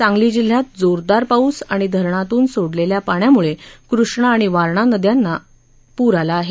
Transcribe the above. सांगली जिल्ह्यात जोरदार पाऊस आणि धरणातून सोडलेल्या पाण्यामुळे कृष्णा आणि वारणा नद्यांना पबर आला आहे